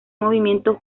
movimiento